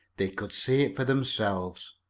they could see it for themselves.